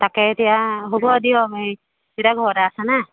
তাকে এতিয়া হ'ব দিয়ক হেৰি এতিয়া ঘৰতে আছে নে